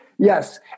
Yes